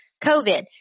COVID